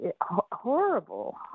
horrible